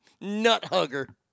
nut-hugger